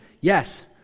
yes